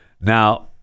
Now